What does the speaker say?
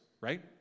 right